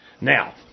Now